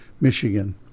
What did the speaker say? Michigan